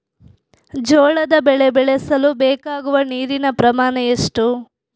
ಜೋಳದ ಬೆಳೆ ಬೆಳೆಸಲು ಬೇಕಾಗುವ ನೀರಿನ ಪ್ರಮಾಣ ಎಷ್ಟು?